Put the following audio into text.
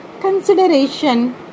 consideration